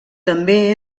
també